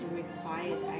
required